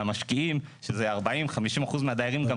המשקיעים, שזה 40%-50% מהדיירים גם ככה.